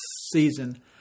season